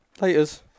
Laters